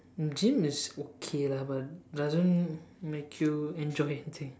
gym is okay lah but doesn't make you enjoy I think